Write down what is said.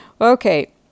okay